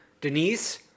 Denise